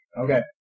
Okay